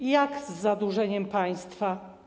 Co z zadłużeniem państwa?